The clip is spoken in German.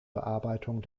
bearbeitung